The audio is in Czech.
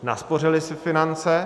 Naspořily si finance.